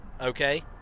Okay